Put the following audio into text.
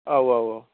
औ औ औ